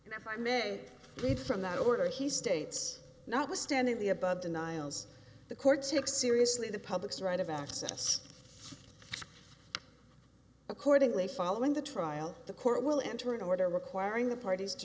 if i may lead from that order he states notwithstanding the above denials the courts take seriously the public's right of access accordingly following the trial the court will enter an order requiring the parties to